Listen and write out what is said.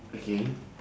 okay